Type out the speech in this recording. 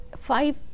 five